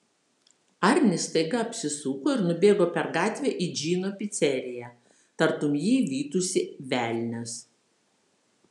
arnis staiga apsisuko ir nubėgo per gatvę į džino piceriją tartum jį vytųsi velnias